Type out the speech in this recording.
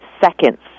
seconds